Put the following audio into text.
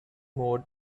mode